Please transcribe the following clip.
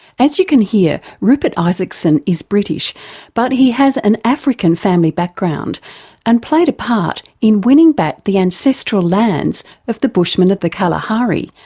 as you can hear, rupert isaacson is british but he has an african family background and played a part in winning back the ancestral lands of the bushmen of the kalahari,